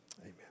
amen